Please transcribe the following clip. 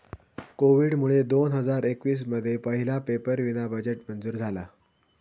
कोविडमुळे दोन हजार एकवीस मध्ये पहिला पेपरावीना बजेट मंजूर झाला